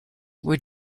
were